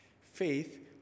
Faith